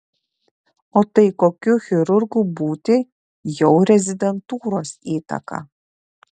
o tai kokiu chirurgu būti jau rezidentūros įtaka